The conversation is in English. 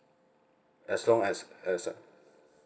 as long as as